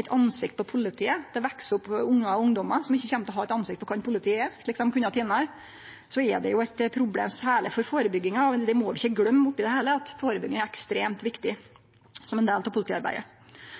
eit ansikt på politiet. Det veks opp ungar og ungdommar som ikkje kjem til å ha eit ansikt på kven politiet er, slik dei kunne tidlegare. Det er eit problem, særleg når det gjeld førebygging, og vi må ikkje gløyme oppi det heile at førebygging er ekstremt viktig